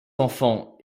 enfants